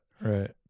right